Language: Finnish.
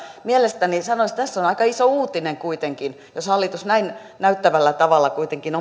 mielestäni sanoisin tässä on aika iso uutinen kuitenkin jos hallitus näin näyttävällä tavalla kuitenkin